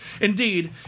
indeed